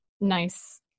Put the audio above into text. nice